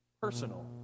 personal